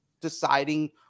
deciding